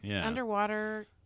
underwater